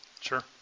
Sure